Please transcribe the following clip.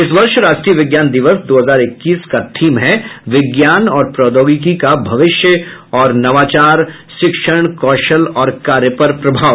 इस वर्ष राष्ट्रीय विज्ञान दिवस दो हजार इक्कीस की थीम है विज्ञान और प्रौद्योगिकी का भविष्य और नवाचार शिक्षण कौशल और कार्य पर प्रभाव